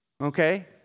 Okay